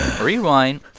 rewind